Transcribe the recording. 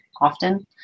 often